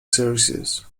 services